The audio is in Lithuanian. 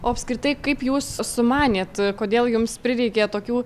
o apskritai kaip jūs sumanėt kodėl jums prireikė tokių